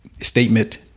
statement